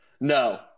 No